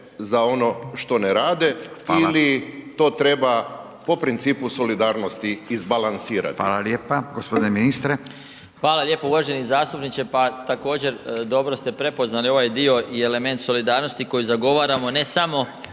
za ono što ne rade ili to treba po principu solidarnosti izbalansirati?